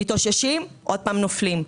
מתאוששים, עוד פעם נופלים.